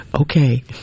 Okay